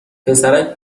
پسرک